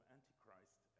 Antichrist